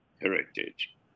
heritage